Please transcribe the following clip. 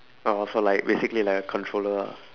oh so like basically like a controller ah